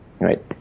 right